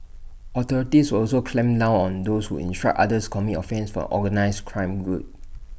authorities will also clamp down on those who instruct others commit offences for organised crime group